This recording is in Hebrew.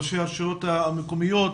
לראשי הרשויות המקומיות.